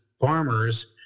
farmers